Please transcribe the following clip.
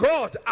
God